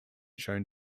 shown